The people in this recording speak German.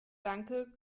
danke